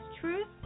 Truth